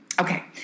Okay